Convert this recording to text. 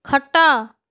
ଖଟ